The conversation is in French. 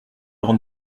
avant